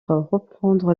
reprendre